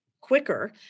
quicker